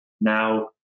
now